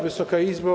Wysoka Izbo!